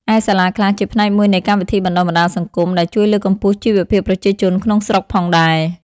ឯសាលាខ្លះជាផ្នែកមួយនៃកម្មវិធីបណ្តុះបណ្តាលសង្គម ដែលជួយលើកកម្ពស់ជីវភាពប្រជាជនក្នុងស្រុកផងដែរ ។